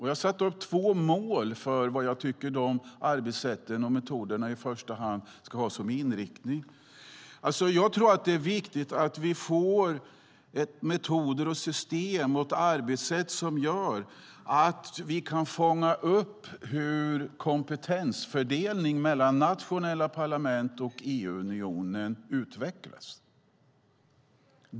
Jag har satt upp två mål för vad jag tycker att arbetssätten och metoderna i första hand ska ha som inriktning. Jag tror att det är viktigt att vi får metoder, system och arbetssätt som gör att vi kan fånga upp hur kompetensfördelningen mellan de nationella parlamenten och Europeiska unionen utvecklas.